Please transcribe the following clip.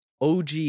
OG